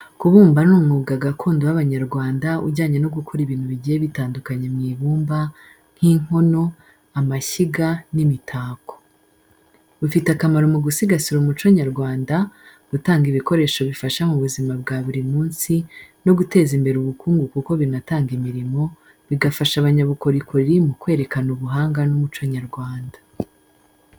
Kubumba ni umwuga gakondo w’abanyarwanda ujyanye no gukora ibintu bigiye bitandukanye mu ibumba, nk’inkono, amashyiga, n’imitako. Ufite akamaro mu gusigasira umuco nyarwanda, gutanga ibikoresho bifasha mu buzima bwa buri munsi, no guteza imbere ubukungu kuko binatanga imirimo, bigafasha abanyabukorikori mu kwerekana ubuhanga n’umuco nyarwanda.